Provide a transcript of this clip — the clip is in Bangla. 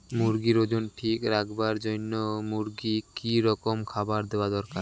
মুরগির ওজন ঠিক রাখবার জইন্যে মূর্গিক কি রকম খাবার দেওয়া দরকার?